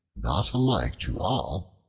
not alike to all,